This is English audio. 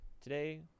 Today